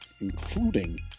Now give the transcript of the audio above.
including